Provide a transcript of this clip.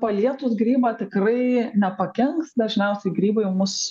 palietus grybą tikrai nepakenks dažniausiai grybai mus